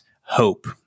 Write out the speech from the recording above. hope